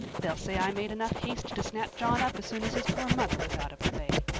they'll say i made enough haste to snap john up as soon as his poor mother was out of the way.